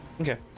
Okay